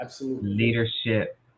leadership